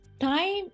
time